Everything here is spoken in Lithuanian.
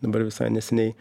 dabar visai neseniai